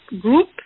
group